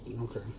Okay